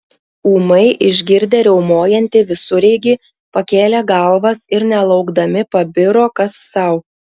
ūmai išgirdę riaumojantį visureigį pakėlė galvas ir nelaukdami pabiro kas sau